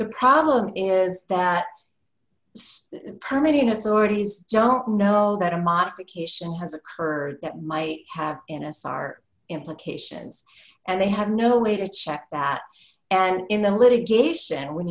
the problem is that permitting authorities don't know that a modification has occurred that might have intissar implications and they have no way to check that and in the litigation when